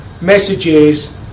messages